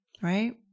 right